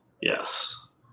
Yes